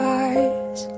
eyes